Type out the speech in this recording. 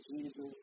Jesus